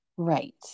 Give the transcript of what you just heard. Right